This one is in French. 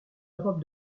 europe